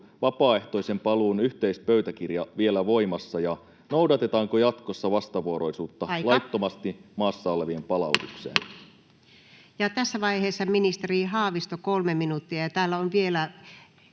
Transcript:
vapaaehtoisen paluun yhteispöytäkirja vielä voimassa ja noudatetaanko jatkossa vastavuoroisuutta [Puhemies: Aika!] laittomasti maassa olevien palautukseen. Tässä vaiheessa ministeri Haavisto, 3 minuuttia. Täällä on vielä